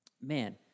Man